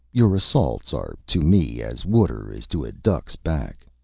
your assaults are to me as water is to a duck's back.